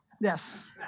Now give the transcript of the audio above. Yes